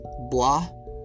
blah